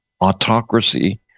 autocracy